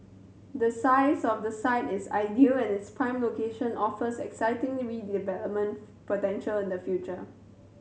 the size of the site is ideal and its prime location offers exciting redevelopment potential in the future